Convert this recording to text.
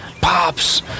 pops